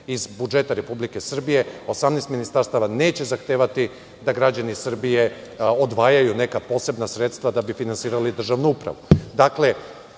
iz budžeta Republike Srbije, 18 ministarstava neće zahtevati da građani Srbije odvajaju neka posebna sredstva da bi finansirali državnu upravu.